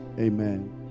Amen